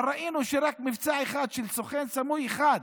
אבל ראינו שרק מבצע אחד של סוכן סמוי אחד